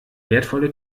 wertvolle